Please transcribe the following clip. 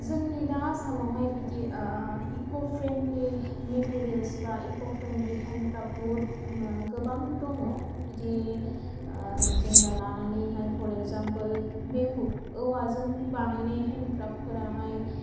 जोंनि दा आसामावहाय बिदि इक' फ्रेन्डलि मिटेरेल्स बा इक' फ्रेन्डलि हेनक्राफ्ट बहुद गोबां दङ बिदि जेनबा लानानैहाय फर इक्जामपोल बेमबु औवाजों बानायनाइ हेन्डक्राफ्टफोराहाय